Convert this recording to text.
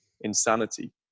insanity